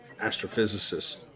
astrophysicist